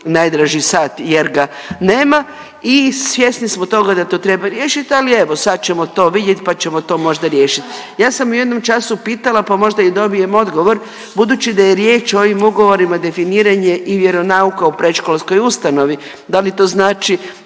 najdraži sat jer ga nema i svjesni smo toga da to treba riješiti, ali evo, sad ćemo to vidjeti pa ćemo to možda riješiti. Ja sam u jednom času pitala pa možda i dobijem odgovor, budući da je riječ u ovim ugovorima, definiranje i vjeronauka u predškolskoj ustanovi, da li to znači